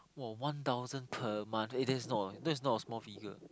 !wow! one thousand per month eh that's not a that's not a small figure